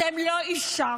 אתם לא אישרתם,